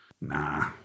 Nah